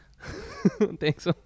thanks